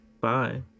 Bye